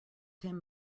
him